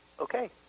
Okay